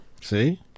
See